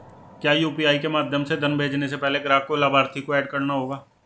क्या यू.पी.आई के माध्यम से धन भेजने से पहले ग्राहक को लाभार्थी को एड करना होगा?